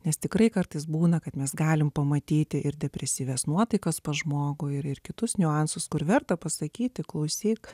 nes tikrai kartais būna kad mes galime pamatyti ir depresyvias nuotaikas pas žmogų ir kitus niuansus kur verta pasakyti klausyk